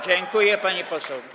Dziękuję, pani poseł.